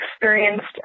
experienced